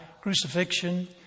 crucifixion